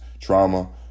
trauma